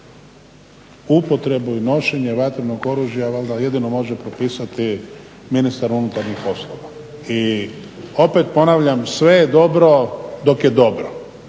Upotrebu i nošenje vatrenog oružja valjda jedino može propisati ministar unutarnjih poslova. I opet ponavljam, sve je dobro dok je dobro,